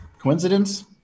coincidence